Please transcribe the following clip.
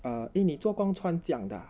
uh eh 你做工穿这样的